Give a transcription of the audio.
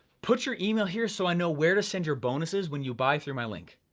put your email here so i know where to send your bonuses when you buy through my link.